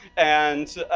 and